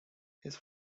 his